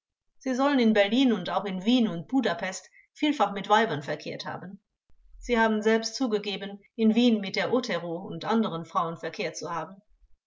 sie sollen in berlin und auch in wien und budapest vielfach mit weibern verkehrt haben sie haben selbst zugegeben in wien mit der otero und anderen frauen verkehrt zu haben